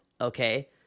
Okay